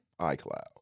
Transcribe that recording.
iCloud